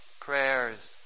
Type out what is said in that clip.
prayers